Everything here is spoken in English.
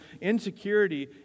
insecurity